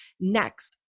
Next